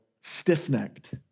stiff-necked